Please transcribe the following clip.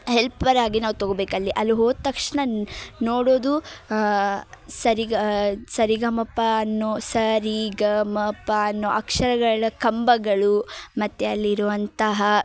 ಹೆಲ್ಪರಾಗಿ ನಾವು ತಗೊಬೇಕಲ್ಲಿ ಅಲ್ಲಿ ಹೋದ ತಕ್ಷಣನ ನೋಡೋದು ಸರಿಗ ಸರಿಗಮಪ ಅನ್ನೋ ಸರಿಗಮಪ ಅನ್ನೋ ಅಕ್ಷರಗಳ ಕಂಬಗಳು ಮತ್ತು ಅಲ್ಲಿ ಇರುವಂತಹ